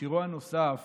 ובשירו הנוסף